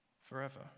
forever